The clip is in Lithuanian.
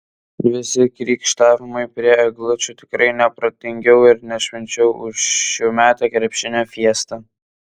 visi krykštavimai prie eglučių tikrai ne protingiau ir ne švenčiau už šiųmetę krepšinio fiestą